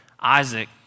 Isaac